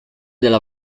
della